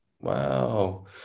wow